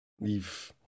leave